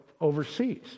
overseas